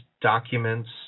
documents